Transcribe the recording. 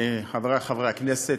חברי הכנסת,